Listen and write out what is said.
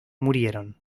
murieron